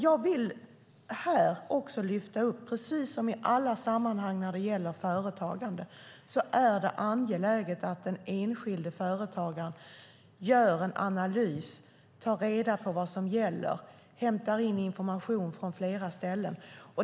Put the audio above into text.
Jag vill här, precis som i alla sammanhang när det gäller företagande, lyfta upp att det är angeläget att den enskilde företagaren gör en analys, tar reda på vad som gäller och hämtar in information från flera ställen.